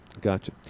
gotcha